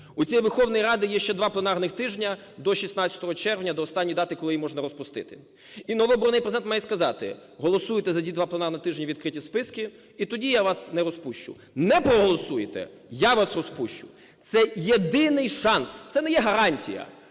У цієї Верховної Ради є ще два пленарних тижня, до 16 червня, до останньої дати, коли її можна розпустити, і новообраний Президент має сказати: голосуйте за ті два пленарні тижні відкриті списки - і тоді я вас не розпущу; не проголосуєте - я вас розпущу. Це єдиний шанс. Це не є гарантія,